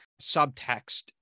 subtext